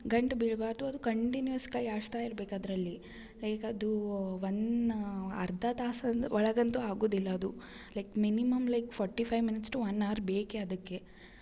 ಗಂಟು ಬೀಳಬಾರ್ದು ಅದು ಕಂಟಿನ್ಯೂಯಸ್ ಕೈ ಆಡಿಸ್ತಾ ಇರ್ಬೇಕು ಅದರಲ್ಲಿ ಲೈಕ್ ಅದು ಒನ್ ಅರ್ಧ ತಾಸು ಒಳಗಂತು ಆಗೋದಿಲ್ಲ ಅದು like minimum like forty five minutes to one hour ಬೇಕು ಅದಕ್ಕೆ